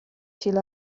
till